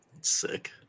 Sick